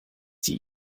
die